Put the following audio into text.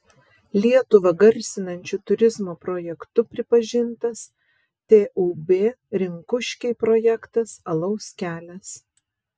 lietuvą garsinančiu turizmo projektu pripažintas tūb rinkuškiai projektas alaus kelias